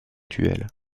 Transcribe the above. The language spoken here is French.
duels